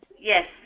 Yes